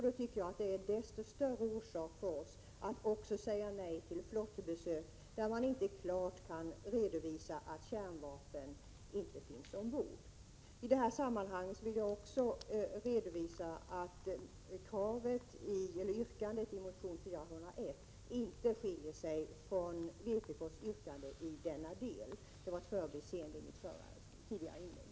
Då tycker jag att vi har desto större anledning att säga nej också till flottbesök av stater som inte klart kan redovisa att kärnvapen inte finns ombord på fartygen. I det här sammanhanget vill jag också redovisa att yrkandet i motion 401 inte skiljer sig från vpks yrkande i denna del. Det var ett förbiseende att jag inte gjorde detta i mitt tidigare inlägg.